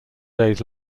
days